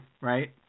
right